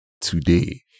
today